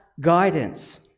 guidance